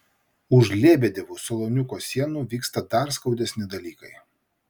už lebedevų saloniuko sienų vyksta dar skaudesni dalykai